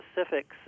specifics